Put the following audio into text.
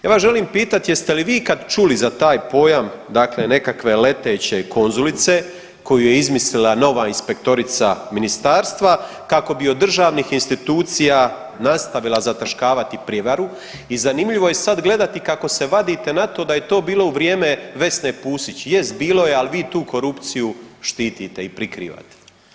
Ja vas želim pitat jeste li vi ikad čuli za taj pojam dakle nekakve leteće konzulice koju je izmislila nova inspektorica ministarstva kako bi od državnih institucija nastavila zataškavati prijevaru i zanimljivo je sad gledati kako se vadite na to da je to bilo u vrijeme Vesne Pusić, jest bilo je, al vi tu korupciju štitite i prikrivate.